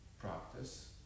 practice